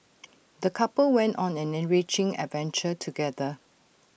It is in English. the couple went on an enriching adventure together